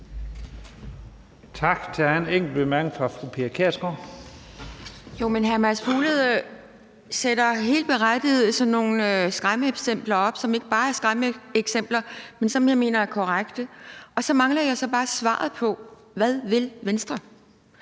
Hvad vil Venstre?